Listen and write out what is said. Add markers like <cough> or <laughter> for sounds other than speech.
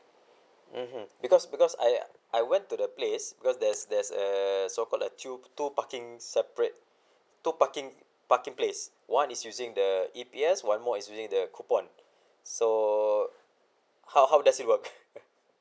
mmhmm because because I I went to the place because there's there's err so called a tube two parking separate two parking parking place one is using the E_P_S one more is using the coupon so how how does it work <laughs>